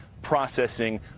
processing